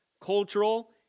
cultural